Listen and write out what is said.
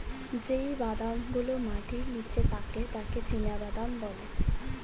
যেই বাদাম গুলো মাটির নিচে পাকে তাকে চীনাবাদাম বলে